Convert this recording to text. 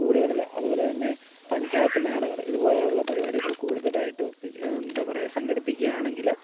സ്കൂളുകളിൽ അതുപോലെതന്നെ പഞ്ചായത്ത് മേളകൾ ഇതുപോലെയുള്ള പരിപാടികൾ കൂടുതലായിട്ടും ഒപ്പിച്ച് എന്താ പറയുക സംഘടിപ്പിക്കുകയാണെങ്കിൽ